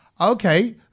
Okay